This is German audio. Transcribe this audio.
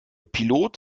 pilot